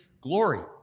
glory